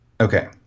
Okay